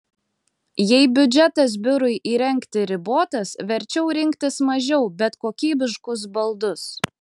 jei biudžetas biurui įrengti ribotas verčiau rinktis mažiau bet kokybiškus baldus